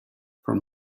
from